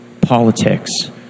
politics